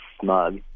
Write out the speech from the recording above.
smug